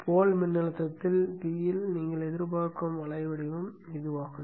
போல் மின்னழுத்தத்தில் P இல் நீங்கள் எதிர்பார்க்கும் அலை வடிவம் இதுவாகும்